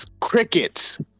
Crickets